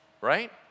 right